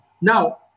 Now